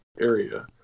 area